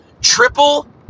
triple